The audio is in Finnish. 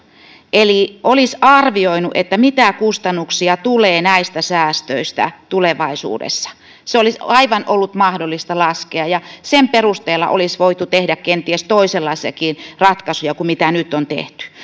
eli olisi arvioinut mitä kustannuksia tulee näistä säästöistä tulevaisuudessa se olisi ollut aivan mahdollista laskea ja sen perusteella olisi voitu tehdä kenties toisenlaisiakin ratkaisuja kuin mitä nyt on tehty